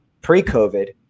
pre-COVID